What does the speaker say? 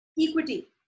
equity